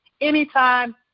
Anytime